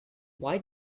why